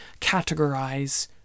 categorize